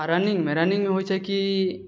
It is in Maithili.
आओर रनिङ्गमे रनिङ्गमे होइ छै कि